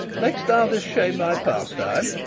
mak'st thou this shame thy pastime?